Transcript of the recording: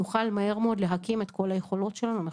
נוכל מהר מאוד להקים את היכולות שלנו מחדש.